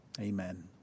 Amen